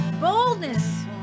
boldness